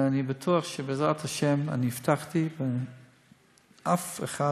אני בטוח שבעזרת השם, אני הבטחתי, אף אחד